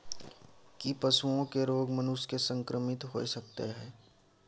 की पशुओं के रोग मनुष्य के संक्रमित होय सकते है?